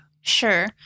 Sure